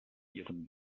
ihren